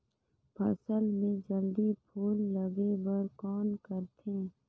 फसल मे जल्दी फूल लगे बर कौन करथे?